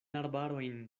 arbarojn